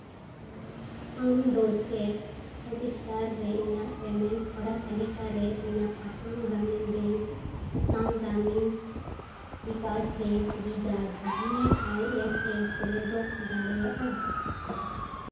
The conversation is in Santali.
ᱟᱢ ᱫᱚ ᱪᱮᱫ ᱦᱚᱴᱮᱥᱴᱟᱨ ᱤᱧᱟᱹᱜ ᱯᱮᱢᱮᱱᱴ ᱦᱚᱨᱟ ᱛᱟᱹᱞᱤᱠᱟ ᱨᱮ ᱤᱧᱟᱹᱜ ᱟᱥᱟᱢ ᱜᱨᱟᱢᱤᱱ ᱵᱮᱝᱠ ᱟᱥᱟᱢ ᱜᱨᱟᱢᱤᱱ ᱵᱤᱠᱟᱥ ᱵᱮᱝᱠ ᱵᱷᱤᱡᱟ ᱵᱷᱤ ᱟᱭ ᱮᱥ ᱮᱥ ᱥᱮᱞᱮᱫᱚᱜ ᱫᱟᱲᱮᱭᱟᱜᱼᱟ